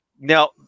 Now